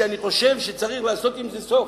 ואני חושב שצריך לעשות לזה סוף.